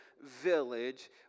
village